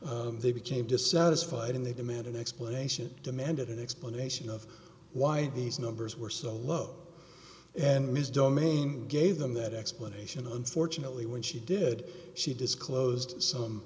they became dissatisfied and they demanded explanation demanded an explanation of why these numbers were so low and ms domain gave them that explanation unfortunately when she did she disclosed some